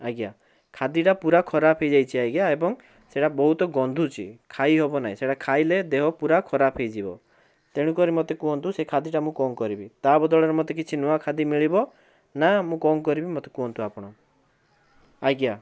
ଆଜ୍ଞା ଖାଦ୍ୟଟା ପୂରା ଖରାପ ହେଇଯାଇଛି ଆଜ୍ଞା ଏବଂ ସେଟା ବହୁତ ଗନ୍ଧୁଛି ଖାଇହେବ ନାହିଁ ସେଟା ଖାଇଲେ ଦେହ ପୂରା ଖରାପ ହେଇଯିବ ତେଣୁ କରି ମୋତେ କୁହନ୍ତୁ ସେଇ ଖାଦ୍ୟଟା ମୁଁ କଣ କରିବି ତା ବଦଳରେ ମୋତେ କିଛି ନୂଆ ଖାଦ୍ୟ ମିଳିବ ନା ମୁଁ କଣ କରିବି ମୋତେ କୁହନ୍ତୁ ଆପଣ ଆଜ୍ଞା